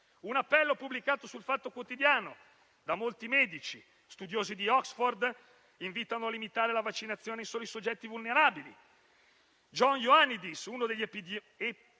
un appello pubblicato su «il Fatto Quotidiano» di molti medici e studiosi di Oxford che invitano a limitare la vaccinazione solo ai soggetti vulnerabili. John Ioannidis, uno degli epidemiologi